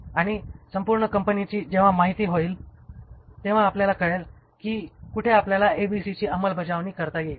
आणि संपूर्ण कंपनीची जेव्हा माहिती होईल तेव्हा आपल्याला कळेल कि कुठे आपल्याला ABC ची अंमलबजावणी करता येईल